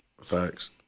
Facts